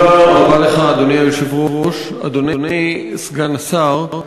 אדוני היושב-ראש, תודה רבה לך, אדוני סגן השר,